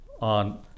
on